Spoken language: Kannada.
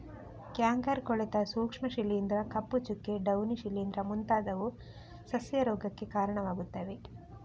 ಕ್ಯಾಂಕರ್, ಕೊಳೆತ ಸೂಕ್ಷ್ಮ ಶಿಲೀಂಧ್ರ, ಕಪ್ಪು ಚುಕ್ಕೆ, ಡೌನಿ ಶಿಲೀಂಧ್ರ ಮುಂತಾದವು ಸಸ್ಯ ರೋಗಕ್ಕೆ ಕಾರಣವಾಗುತ್ತವೆ